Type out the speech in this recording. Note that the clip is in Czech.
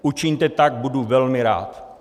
Učiňte tak, budu velmi rád.